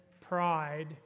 pride